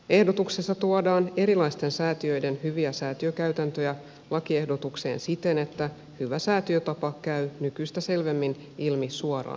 ehdotuksessa tuodaan erilaisten säätiöiden hyviä säätiökäytäntöjä lakiehdotukseen siten että hyvä säätiötapa käy nykyistä selvemmin ilmi suoraan laista